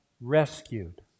rescued